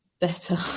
better